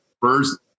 first